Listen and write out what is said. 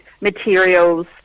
materials